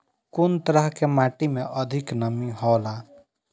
कुन तरह के माटी में अधिक नमी हौला?